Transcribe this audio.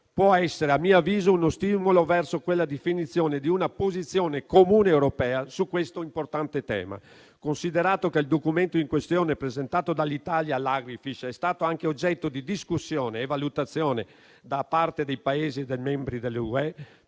può essere - a mio avviso - uno stimolo verso la definizione di una posizione comune europea su questo importante tema. Considerato che il documento in questione presentato dall'Italia al Consiglio Agrifish è stato anche oggetto di discussione e valutazione da parte dei Paesi membri dell'Unione